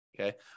Okay